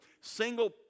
single